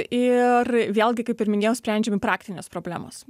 ir vėlgi kaip ir minėjau sprendžiami praktinės problemos